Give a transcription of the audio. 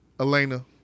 Elena